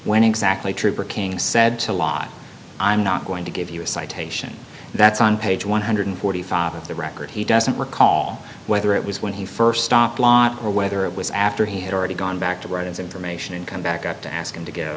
when exactly trooper king said to lott i'm not going to give you a citation that's on page one hundred and forty five of the record he doesn't recall whether it was when he st stopped lot or whether it was after he had already gone back to write his information and come back up to ask him to go